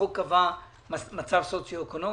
החוק קבע מצב סוציו אקונומי,